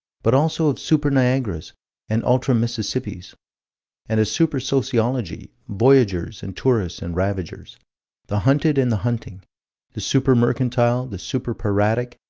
but also of super-niagaras and ultra-mississippis and a super-sociology voyagers and tourists and ravagers the hunted and the hunting the super-mercantile, the super-piratic,